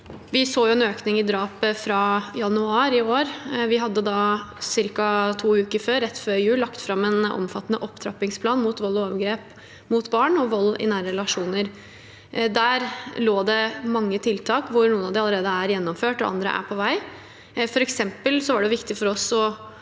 Vi så en økning i antall drap fra januar i år. Vi hadde da ca. to uker før, rett før jul, lagt fram en omfattende opptrappingsplan mot vold og overgrep mot barn og vold i nære relasjoner. Der lå det mange tiltak, hvor noen av dem allerede er gjennomført, og andre er på vei. For eksempel var det viktig for oss å